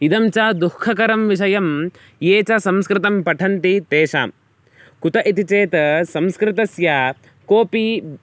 इदं च दुःखकरं विषयं ये च संस्कृतं पठन्ति तेषां कुत इति चेत् संस्कृतस्य कोपि